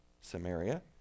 Samaria